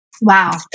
Wow